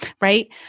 right